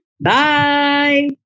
Bye